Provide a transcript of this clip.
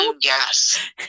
Yes